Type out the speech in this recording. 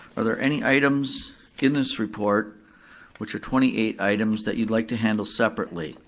are there any items in this report which are twenty eight items that you'd like to handle separately?